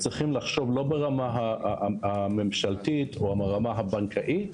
צריכים לחשוב לא ברמה הממשלתית או ברמה הבנקאית,